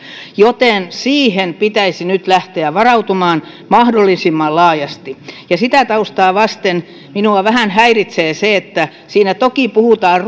joten siihen pitäisi nyt lähteä varautumaan mahdollisimman laajasti ja sitä taustaa vasten minua vähän häiritsee vaikka siinä toki puhutaan